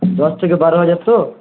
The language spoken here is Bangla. দশ থেকে বারো হাজার তো